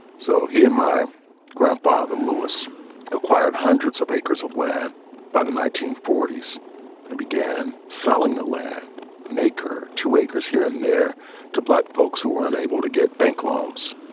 so he and my grandfather lewis acquired hundreds of acres of land by the nineteen forty s and began selling the land maker to acres here and there to black folks who were unable to get bank loans